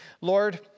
Lord